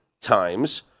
times